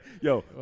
Yo